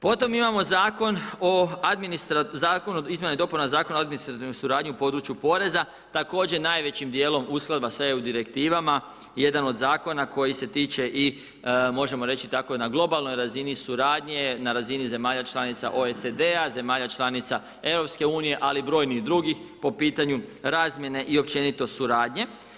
Potom imamo Zakon o izmjenama i dopunama Zakona o administrativnoj suradnji o području poreza, također najvećim dijelom uskladba sa EU direktivama, jedan od zakona koji se tiče i možemo reći tako i na globalnoj razini suradnje, na razini zemalja članica OECD-a zemalja članica EU ali i brojnih drugih po pitanju razmjene i općenito suradnje.